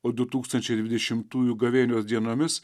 o du tūkstančiai dvidešimtųjų gavėnios dienomis